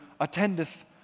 attendeth